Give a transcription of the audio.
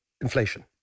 inflation